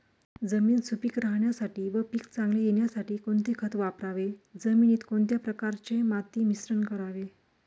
जमीन सुपिक राहण्यासाठी व पीक चांगले येण्यासाठी कोणते खत वापरावे? जमिनीत कोणत्या प्रकारचे माती मिश्रण करावे?